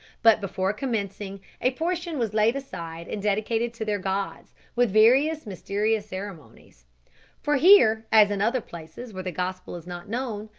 but before commencing, a portion was laid aside and dedicated to their gods, with various mysterious ceremonies for here, as in other places where the gospel is not known,